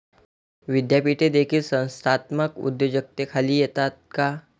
विद्यापीठे देखील संस्थात्मक उद्योजकतेखाली येतात का?